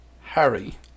harry